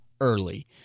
early